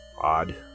Odd